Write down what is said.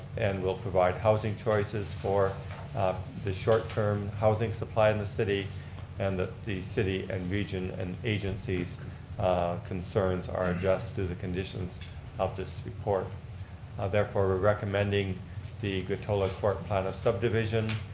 and will provide housing choices for the short term housing supply in the city and that the city and region and agencies concerns are addressed through the conditions of this report. i therefore we're recommending the grotolla court plan of subdivision.